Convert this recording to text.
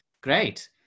Great